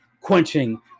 quenching